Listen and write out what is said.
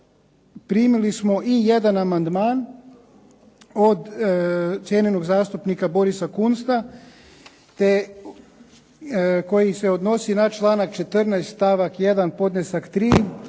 primili smo i jedan amandman od cijenjenog zastupnika Borisa Kunsta te koji se odnosi na članak 14. stavak 1. podnesak 3.